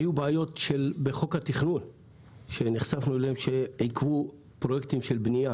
היו בעיות בחוק התכנון שעיכבו פרויקטים של בנייה